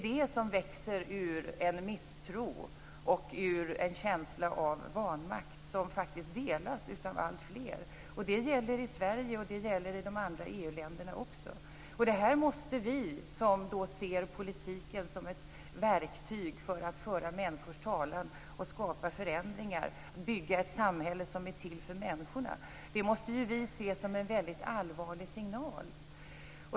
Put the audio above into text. De växer ur en misstro och en känsla av vanmakt, som faktiskt delas av alltfler. Det gäller i Sverige. Det gäller i de andra EU-länderna också. Vi som ser politiken som ett verktyg för att föra människors talan, skapa förändringar och bygga ett samhälle som är till för människorna måste se det som en allvarlig signal.